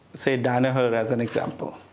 say, danaher, as an example.